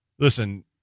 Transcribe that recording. listen